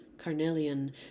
carnelian